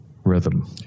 Rhythm